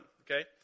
okay